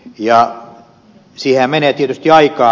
siihenhän menee tietysti aikaa